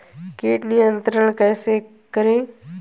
कीट नियंत्रण कैसे करें?